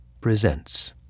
presents